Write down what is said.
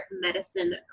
Medicine